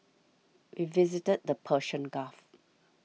we visited the Persian Gulf